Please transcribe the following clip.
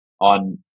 on